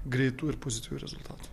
greitų ir pozityvių rezultatų